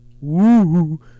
Woo